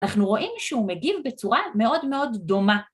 ‫אנחנו רואים שהוא מגיב בצורה מאוד מאוד דומה.